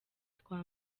twa